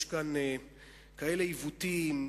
יש כאן כאלה עיוותים.